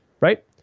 right